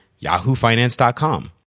yahoofinance.com